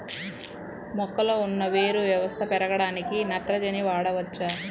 మొక్కలో ఉన్న వేరు వ్యవస్థ పెరగడానికి నత్రజని వాడవచ్చా?